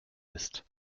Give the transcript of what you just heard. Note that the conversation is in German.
ist